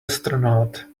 astronaut